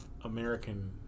American